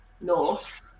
north